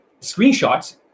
screenshots